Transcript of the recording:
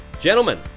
Gentlemen